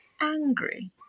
angry